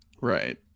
Right